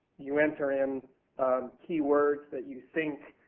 you enter in keywords that you think